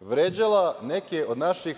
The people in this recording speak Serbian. vređala neke od naših